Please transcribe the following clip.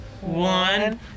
one